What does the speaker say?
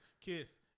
Kiss